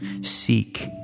Seek